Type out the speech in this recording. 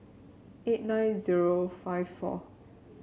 eight nine zero five four